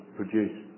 produce